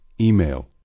Email